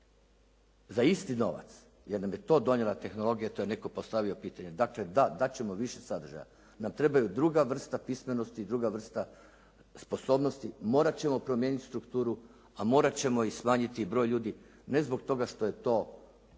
za isti novac jer nam je to donijela tehnologija, to je netko postavio pitanje. Dakle da, dati ćemo više sadržaja jer nam trebaju druga vrsta pismenosti i druga vrsta sposobnosti, morati ćemo promijeniti strukturu, a morati ćemo smanjiti i broj ljudi ne zbog toga što je to